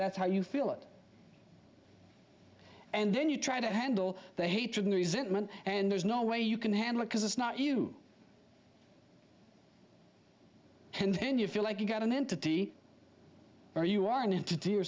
that's how you feel it and then you try to handle the hatred and resentment and there's no way you can handle it because it's not you continue to feel like you've got an entity or you are an entity or